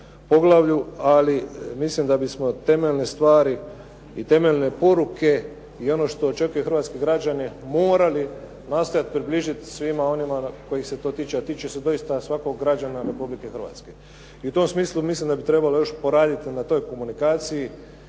ali mislim da bismo temeljne stvari i temeljne poruke i ono što očekuje hrvatske građane morali nastojati približiti svima onima kojih se to tiče a tiče se doista svakog građana Republike Hrvatske. I u tom smislu mislim da bi trebalo još poraditi na toj komunikaciji